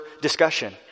discussion